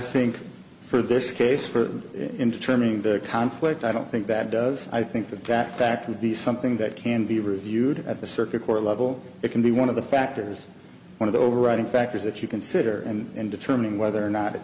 think for this case for in determining the conflict i don't think that does i think that that back to be something that can be reviewed at the circuit court level it can be one of the factors one of the overriding factors that you consider and determining whether or not